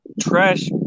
trash